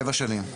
שבע שנים.